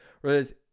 Whereas